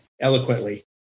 eloquently